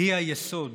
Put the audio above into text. היא היסוד